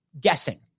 guessing